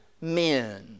men